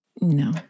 No